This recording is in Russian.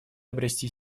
обрести